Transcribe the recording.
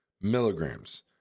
milligrams